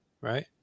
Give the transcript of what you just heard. right